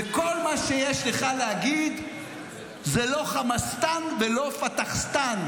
וכל מה שיש לך להגיד זה: לא חמאסטן ולא פתחסטן,